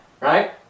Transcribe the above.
right